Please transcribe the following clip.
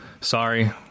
Sorry